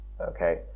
Okay